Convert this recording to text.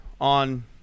on